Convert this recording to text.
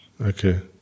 Okay